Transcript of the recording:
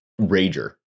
rager